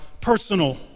personal